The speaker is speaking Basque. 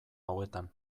hauetan